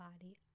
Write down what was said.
body